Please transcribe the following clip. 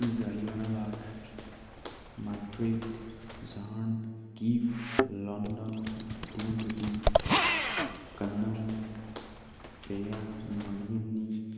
Jallianwala Bagh Madrid জাহন Kiev London Vatican City কান্নাও পেয়া মৰিগেনী